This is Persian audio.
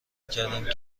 کردم